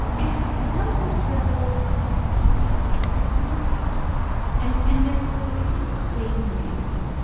it felt as though just try pretend like you care. and and there was a way in which they knew.